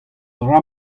dra